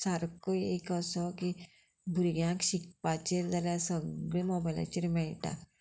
सारको एक असो की भुरग्यांक शिकपाचेर जाल्यार सगळे मोबायलाचेर मेळटा